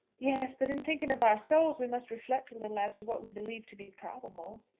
yes but in thinking of our souls we must reflect a little as to what we believe to be probable.